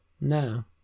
No